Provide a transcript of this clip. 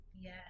Yes